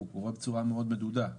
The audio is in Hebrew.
הוא קורה בצורה מאוד מדודה.